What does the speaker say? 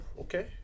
Okay